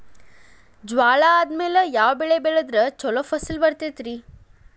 ಜ್ವಾಳಾ ಆದ್ಮೇಲ ಯಾವ ಬೆಳೆ ಬೆಳೆದ್ರ ಛಲೋ ಫಸಲ್ ಬರತೈತ್ರಿ?